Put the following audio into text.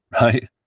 right